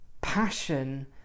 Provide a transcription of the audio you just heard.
Passion